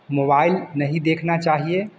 mobile नहीं देखना चाहिए